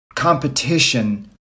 competition